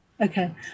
Okay